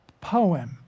poem